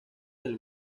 del